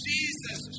Jesus